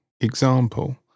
example